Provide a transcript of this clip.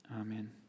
Amen